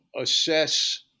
assess